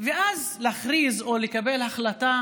ואז להכריז או לקבל החלטה,